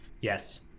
Yes